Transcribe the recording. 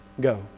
go